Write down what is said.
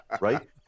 right